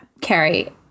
Carrie